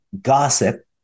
gossip